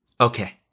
Okay